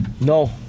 No